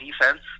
defense